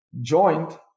joint